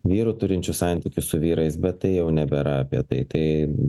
vyrų turinčių santykius su vyrais bet tai jau nebėra apie tai tai